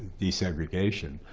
desegregation,